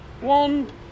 One